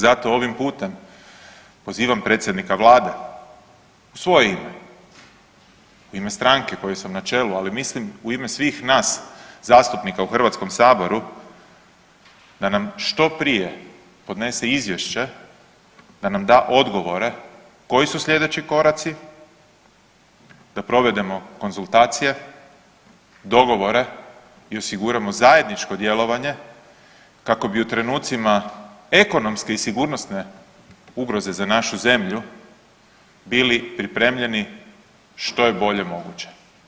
Zato ovim putem pozivam predsjednika Vlade u svoje ime, u ime stranke kojoj sam na čelu, ali mislim u ime svih nas zastupnika u Hrvatskom saboru da nam što prije podnese izvješće, da nam da odgovore koji su sljedeći koraci, da provedemo konzultacije, dogovore i osiguramo zajedničko djelovanje kako bi u trenucima ekonomske i sigurnosne ugroze za našu zemlju bili pripremljeni što je bolje moguće.